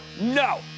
No